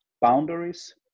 Boundaries